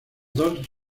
dos